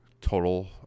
total